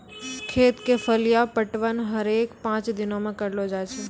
खेत क फलिया पटवन हरेक पांच दिनो म करलो जाय छै